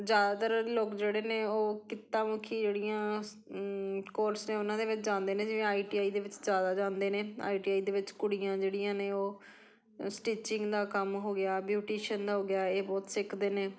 ਜ਼ਿਆਦਾਤਰ ਲੋਕ ਜਿਹੜੇ ਨੇ ਉਹ ਕਿੱਤਾਮੁਖੀ ਜਿਹੜੀਆਂ ਕੋਰਸ ਹੈ ਉਹਨਾਂ ਦੇ ਵਿੱਚ ਜਾਂਦੇ ਨੇ ਜਿਵੇਂ ਆਈ ਟੀ ਆਈ ਦੇ ਵਿੱਚ ਜ਼ਿਆਦਾ ਜਾਂਦੇ ਨੇ ਆਈ ਟੀ ਆਈ ਦੇ ਵਿੱਚ ਕੁੜੀਆਂ ਜਿਹੜੀਆਂ ਨੇ ਉਹ ਸਟਿਚਿੰਗ ਦਾ ਕੰਮ ਹੋ ਗਿਆ ਬਿਊਟੀਸ਼ਨ ਦਾ ਹੋ ਗਿਆ ਇਹ ਬਹੁਤ ਸਿੱਖਦੇ ਨੇ